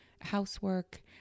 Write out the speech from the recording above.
housework